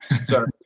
sorry